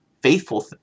faithful